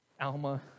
Alma